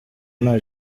nta